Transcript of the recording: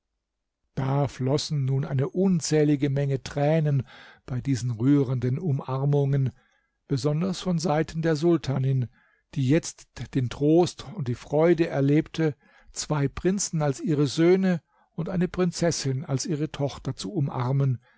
da floßen nun eine unzählige menge tränen bei diesen rührenden umarmungen besonders von seiten der sultanin die jetzt den trost und die freude erlebte zwei prinzen als ihre söhne und eine prinzessin als ihre tochter zu umarmen